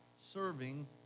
serving